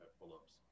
pull-ups